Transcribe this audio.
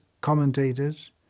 commentators